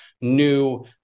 new